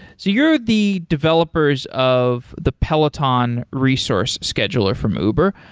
so you're the developers of the peloton resource scheduler from uber.